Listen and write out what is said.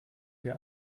wir